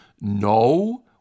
No